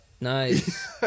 Nice